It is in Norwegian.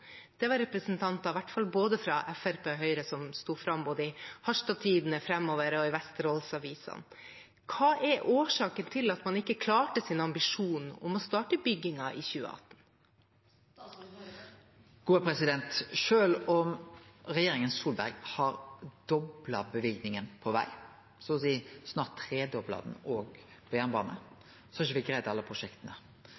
Det var representanter i hvert fall fra Fremskrittspartiet og Høyre som sto fram i både Harstad Tidende, Fremover og Vesterålsavisene. Hva er årsaken til at man ikke klarte sin ambisjon om å starte byggingen i 2018? Sjølv om regjeringa Solberg har dobla løyvingane på veg og snart har tredobla dei på jernbane,